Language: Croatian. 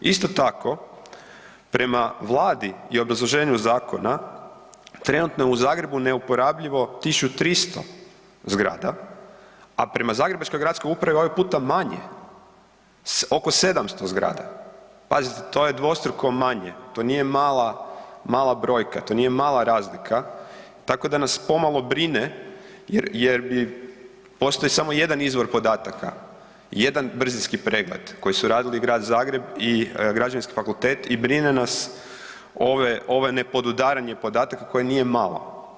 Isto tako prema Vladi i obrazloženju zakona trenutno je u Zagrebu neuporabljivo 1.300 zgrada, a prema zagrebačkoj gradskoj upravi ovaj puta manje oko 700 grada, pazite to je dvostruko manje, to nije mala brojka, to nije mala razlika, tako da nas pomalo brine jer postoji samo jedan izvor podataka, jedan brzinski pregled koji su radili Grad Zagreb i Građevinski fakultet i brine nas ovo nepodudaranje podataka koje nije malo.